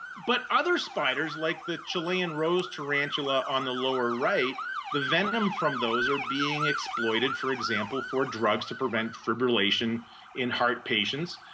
but other spiders, like the chilean rose tarantula on the lower right, the venom on those are being exploited, for example, for drugs to prevent fibrillation in heart patients.